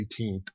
18th